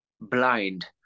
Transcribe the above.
blind